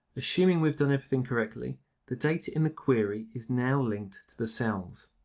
assuming we've done everything correctly the data in the query is now linked to the cells.